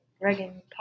Regan